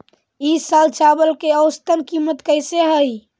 ई साल चावल के औसतन कीमत कैसे हई?